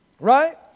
Right